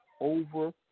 over